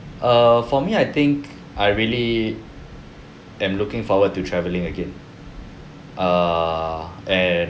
err for me I think I really am looking forward to traveling again err eh